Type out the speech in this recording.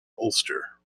ulster